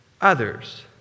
others